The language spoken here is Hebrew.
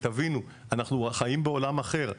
תבינו, אנחנו חיים בעולם אחר.